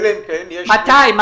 מתי?